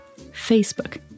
Facebook